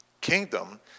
kingdom